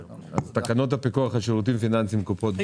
תקנות הפיקוח על שירותים פיננסיים (קופות גמל).